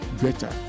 better